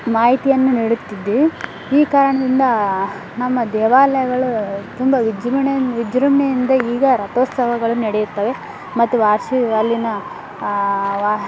ಮಾಹಿತಿಯನ್ನು ನೀಡುತ್ತಿದ್ವಿ ಈ ಕಾರಣದಿಂ ನಮ್ಮ ದೇವಾಲಯಗಳು ತುಂಬ ವಿಜೃಂಭಣೆಯನ್ ವಿಜೃಂಭಣೆಯಿಂದ ಈಗ ರಥೋತ್ಸವಗಳು ನಡೆಯುತ್ತವೆ ಮತ್ತು ವಾರ್ಷಿ ಅಲ್ಲಿನ ಆ ವ